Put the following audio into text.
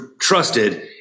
trusted